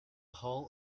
hull